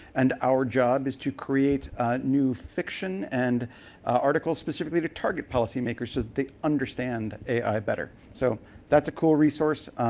and our job is to create new fiction and articles specifically to target policy-makers so that they understand ai better. so that's a cool resource.